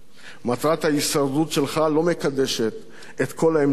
מטרת ההישרדות שלך לא מקדשת את כל האמצעים,